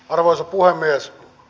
arvoisa puhemies